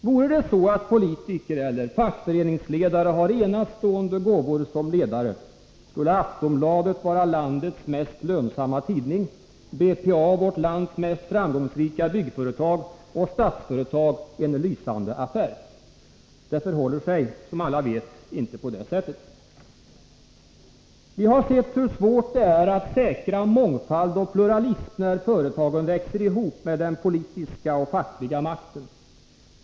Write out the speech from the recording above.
Vore det så att politiker eller fackföreningsledare hade enastående gåvor som ledare, skulle Aftonbladet vara landets mest lönsamma tidning, BPA vårt lands mest framgångsrika byggföretag och Statsföretag en lysande affär. Det förhåller sig — som alla vet — inte på det sättet. Vi har sett hur svårt det är att säkra mångfald och pluralism när företagen växer ihop med den politiska och fackliga makten.